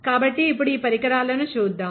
కాబట్టి ఇప్పుడు ఈ పరికరాలను చూద్దాం